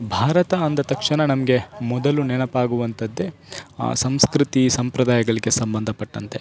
ಭಾರತ ಅಂದ ತಕ್ಷಣ ನಮಗೆ ಮೊದಲು ನೆನಪಾಗುವಂತದ್ದೇ ಸಂಸ್ಕೃತಿ ಸಂಪ್ರದಾಯಗಳಿಗೆ ಸಂಬಂಧಪಟ್ಟಂತೆ